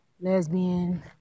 lesbian